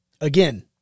again